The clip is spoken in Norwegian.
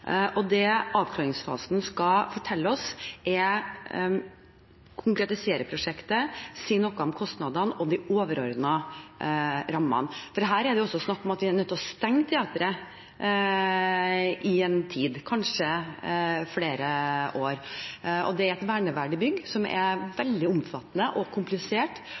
Avklaringsfasen skal konkretisere prosjektet og si noe om kostnadene og om de overordnede rammene. Her er det også snakk om at vi er nødt til å stenge teatret i en tid, kanskje i flere år. Det er et verneverdig bygg som er veldig omfattende og komplisert